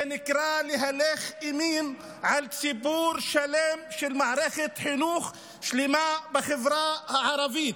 זה נקרא להלך אימים על ציבור שלם במערכת חינוך שלמה בחברה הערבית.